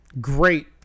Great